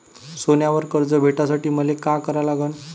सोन्यावर कर्ज भेटासाठी मले का करा लागन?